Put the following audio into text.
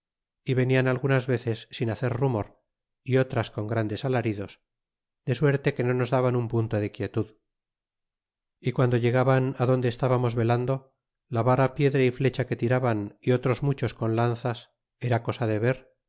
é venian algunas veces sin hacer rumor y otras con grandes alaridos de suerte que no nos daban un punto de quietud y guando llegaban adonde estábamos velando la vara piedra y flecha que tiraban a otros muchos con lanzas era cosa de ver